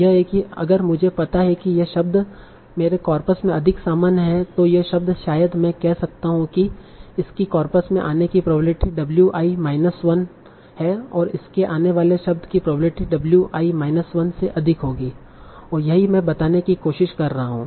यह है कि अगर मुझे पता है कि यह शब्द मेरे कॉर्पस में अधिक सामान्य है तो यह शब्द शायद मैं कह सकता हूं कि इसकी कार्पस में आने की प्रोबेबिलिटी w i माइनस 1 है और इसके आने वाले शब्द की प्रोबेबिलिटी w i माइनस 1 से अधिक होगी और यही मैं बताने की कोशिश कर रहा हूं